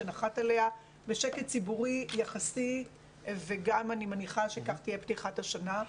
שנחת עליה בשקט ציבורי יחסי וגם אני מניחה שכך תהיה פתיחת השנה.